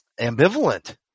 ambivalent